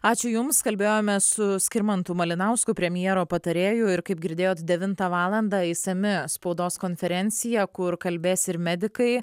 ačiū jums kalbėjome su skirmantu malinausku premjero patarėju ir kaip girdėjot devintą valandą išsami spaudos konferencija kur kalbės ir medikai